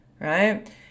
Right